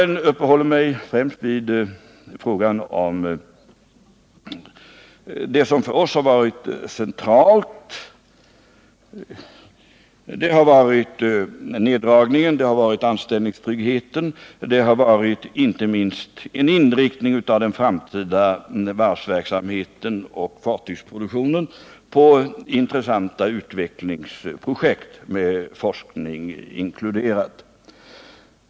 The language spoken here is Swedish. Jag har uppehållit mig främst vid det som för oss har varit centralt, nämligen neddragningen, anställningstryggheten och, inte minst, inriktningen av den framtida varvsverksamheten och fartygsproduktionen på intressanta utvecklingsprojekt med forskning inkluderad.